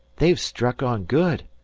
they've struck on good,